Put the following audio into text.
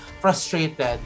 Frustrated